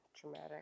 dramatic